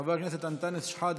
חבר הכנסת אנטאנס שחאדה,